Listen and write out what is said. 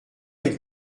êtes